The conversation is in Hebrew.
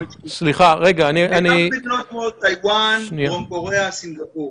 בעיקר במדינות כמו טאיוואן, דרום קוריאה, סינגפור.